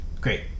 Great